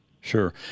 Sure